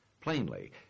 Plainly